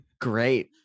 Great